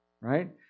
Right